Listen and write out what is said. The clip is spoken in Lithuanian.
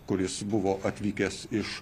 kuris buvo atvykęs iš